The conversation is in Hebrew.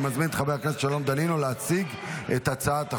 אני מזמין את חבר הכנסת שלום דנינו להציג את הצעת החוק.